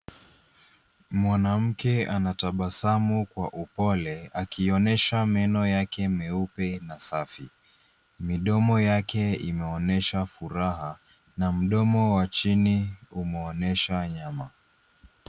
Mwanamke anatabasamu kwa upole ,akiionesha meno yake meupe na safi. Midomo yake imeonesha furaha na mdomo wa chini umeonyesha nyama.